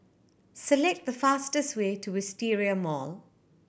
select the fastest way to Wisteria Mall